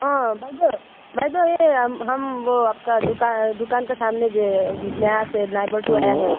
অঁ বাইদেউ বাইদেউ এই হম ৱৌ আপকা দোকা দোকান কা চামনে যে নেয়া চে নাইবাৰটো আয়া হে